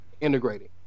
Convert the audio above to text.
integrating